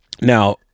Now